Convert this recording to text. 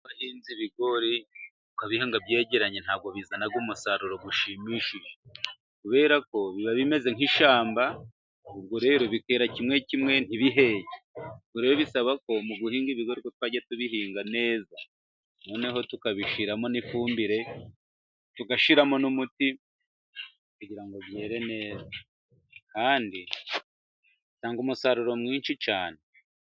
Iyo wahinze ibigori, ukabihinga byegeranye ntabwo bizana umusaruro ushimishije, kubera ko biba bimeze nk'ishyamba, ubwo rero bitera kimwe kimwe ntibiheke. Ubwo rero bisaba ko mu guhinga ibigori uko twagiye tubihinga neza, noneho tukabishiramo n'ifumbire, tugashyiramo n'umuti kugirango byere neza, kandi bitanga umusaruro mwinshi cyane.